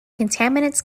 contaminants